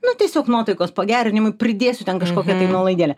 nu tiesiog nuotaikos pagerinimui pridėsiu ten kažkokią tai nuolaidėlę